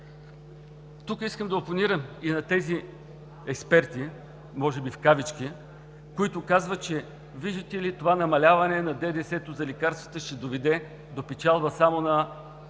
Тук искам да опонирам и на тези експерти, може би в кавички, които казват, че видите ли това намаляване на ДДС за лекарствата ще доведе само до печалба на